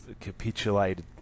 capitulated